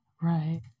Right